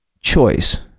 choice